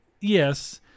Yes